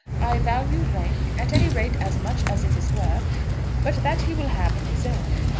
i value rank, at any rate, as much as it is worth but that he will have of his own,